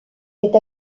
est